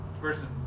versus